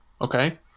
okay